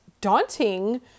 daunting